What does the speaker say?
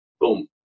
boom